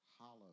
hollow